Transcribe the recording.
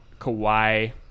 Kawhi